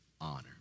honor